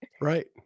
right